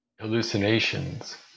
Hallucinations